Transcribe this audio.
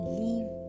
leave